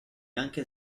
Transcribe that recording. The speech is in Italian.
anche